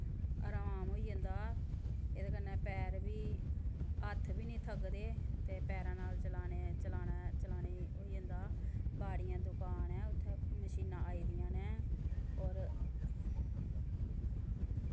अराम होई जंदा एह्दे कन्नै पैर बी हत्थ बी निं थकदे ते पैरां नाल चलाने ई होई जंदा बाड़ियां दकान ऐ उत्थें मशीनां आई दियां न होर